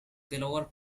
delaware